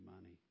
money